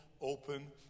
open